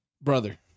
Brother